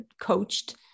coached